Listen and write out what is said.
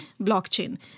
blockchain